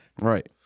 Right